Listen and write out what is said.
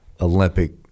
olympic